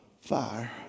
fire